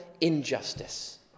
injustice